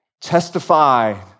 testify